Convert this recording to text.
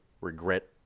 regret